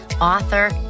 author